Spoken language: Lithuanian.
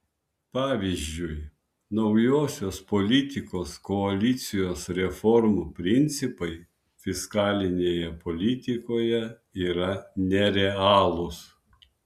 pavyzdžiui naujosios politikos koalicijos reformų principai fiskalinėje politikoje yra nerealūs